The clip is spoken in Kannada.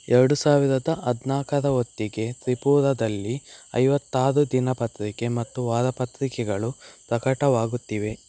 ಎರಡು ಸಾವಿರದ ಹದ್ನಾಲ್ಕರ ಹೊತ್ತಿಗೆ ತ್ರಿಪುರಾದಲ್ಲಿ ಐವತ್ತಾರು ದಿನಪತ್ರಿಕೆ ಮತ್ತು ವಾರಪತ್ರಿಕೆಗಳು ಪ್ರಕಟವಾಗುತ್ತಿವೆ